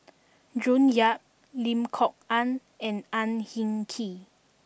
June Yap Lim Kok Ann and Ang Hin Kee